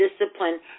discipline